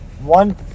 One